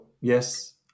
yes